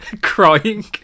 Crying